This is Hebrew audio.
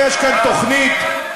מה, כי הרי יש כאן תוכנית ארוכת